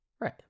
Right